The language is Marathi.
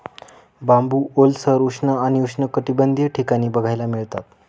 बांबू ओलसर, उष्ण आणि उष्णकटिबंधीय ठिकाणी बघायला मिळतात